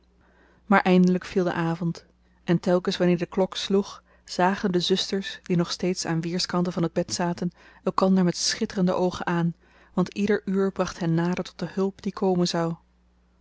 maar eindelijk viel de avond en telkens wanneer de klok sloeg zagen de zusters die nog steeds aan weerskanten van het bed zaten elkander met schitterende oogen aan want ieder uur bracht hen nader tot de hulp die komen zou